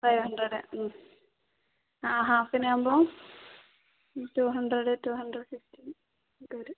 five hundred ഹാഫിനാകുമ്പോൾ two hundred two hundred fifty ഒക്കെ വരും